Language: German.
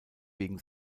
wegen